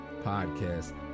podcast